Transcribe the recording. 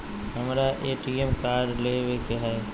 हमारा ATM card लेव के हई